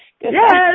Yes